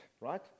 right